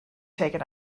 taken